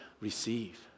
receive